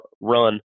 run